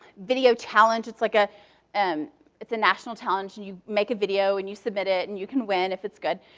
video challenge. it's like ah and a national challenge. and you make a video, and you submit it, and you can win if it's good.